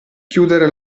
chiudere